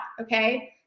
okay